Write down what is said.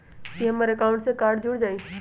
ई हमर अकाउंट से कार्ड जुर जाई?